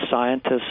scientists